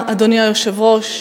אדוני היושב-ראש,